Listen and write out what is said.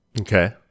Okay